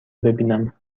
ببینم